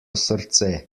srce